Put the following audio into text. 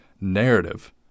narrative